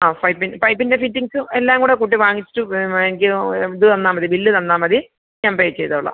ആ പൈപ്പിൻ്റെ ഫിറ്റിംഗ്സും എല്ലാം കൂടെ കൂട്ടി വാങ്ങിച്ചിട്ട് എനിക്ക് ഇത് തന്നാൽമതി ബില്ല് തന്നാൽമതി ഞാൻ പേ ചെയ്തുകൊള്ളാം